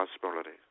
possibilities